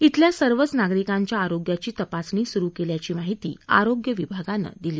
येथील सर्वच नागरिकांच्या आरोग्याची तपासणी सुरू केली केल्याची माहिती आरोग्य विभागाने दिली